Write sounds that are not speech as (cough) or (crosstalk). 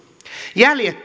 jäljet (unintelligible)